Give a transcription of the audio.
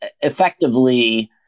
effectively